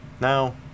Now